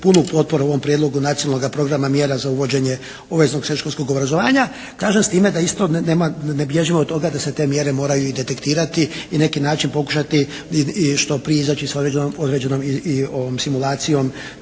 punu potporu ovom Prijedlogu nacionalnoga programa mjera za uvođenje obaveznog srednješkolskog obrazovanja. Kažem s time da isto nema, ne bježimo od toga da se te mjere moraju i detektiraju i na neki način pokušati što prije izaći iz određenog, određenom